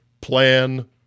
plan